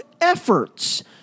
efforts